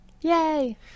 Yay